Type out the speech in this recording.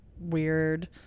weird